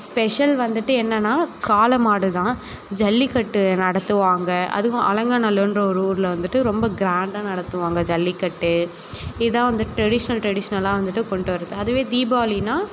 special வந்துட்டு என்னென்னால் காளைமாடு தான் ஜல்லிக்கட்டு நடத்துவாங்க அதுவும் அலங்காநல்லூர்ன்ற ஒரு ஊரில் வந்துட்டு ரொம்ப கிராண்டாக நடத்துவாங்க ஜல்லிக்கட்டு இதுதான் வந்து ட்ரெடிஷனல் ட்ரெடிஷனலாக வந்துட்டு கொண்டு வரது அதுவே தீபாவளினால்